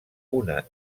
una